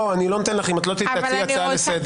לא, אני לא נותן לך, אם את לא תציעי הצעה לסדר.